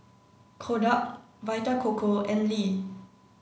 Kodak Vita Coco and Lee